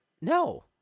no